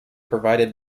provided